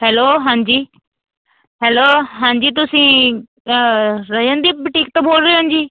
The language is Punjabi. ਹੈਲੋ ਹਾਂਜੀ ਹੈਲੋ ਹਾਂਜੀ ਤੁਸੀਂ ਰਜਨਦੀਪ ਬੁਟੀਕ ਤੋਂ ਬੋਲ ਰਹੇ ਹੋ ਜੀ